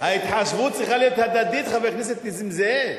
ההתחשבות צריכה להיות הדדית, חבר הכנסת נסים זאב.